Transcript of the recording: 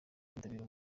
kwitabira